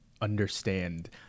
understand